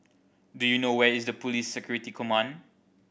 do you know where is Police Security Command